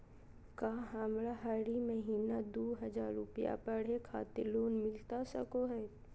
का हमरा हरी महीना दू हज़ार रुपया पढ़े खातिर लोन मिलता सको है?